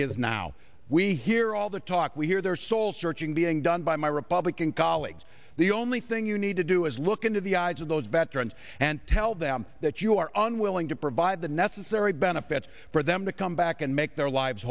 is now we hear all the talk we hear their soul searching being done by my republican colleagues the only thing you need to do is look into the eyes of those veterans and tell them that you are unwilling to provide the necessary benefits for them to come back and make their lives